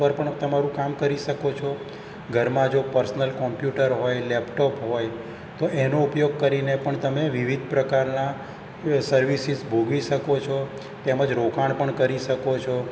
પર પણ તમારું કામ કરી શકો છો ઘરમાં જો પર્સનલ કોંપ્યુટર હોય લેપટોપ હોય તો એનો ઉપયોગ કરીને પણ તમે વિવિધ પ્રકારના સર્વિસિસ ભોગવી શકો છો તેમજ રોકાણ પણ કરી શકો છો